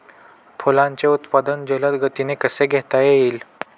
फुलांचे उत्पादन जलद गतीने कसे घेता येईल?